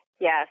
Yes